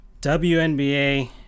WNBA